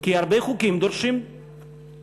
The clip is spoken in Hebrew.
כי הרבה חוקים דורשים תיקון,